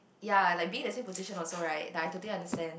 ya like being in the same position also right I totally understand